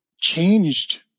changed